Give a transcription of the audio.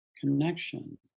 connection